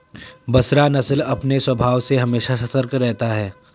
बसरा नस्ल अपने स्वभाव से हमेशा सतर्क रहता है